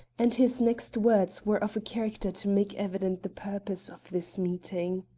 and his next words were of a character to make evident the purpose of this meeting.